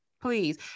please